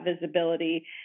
visibility